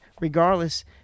regardless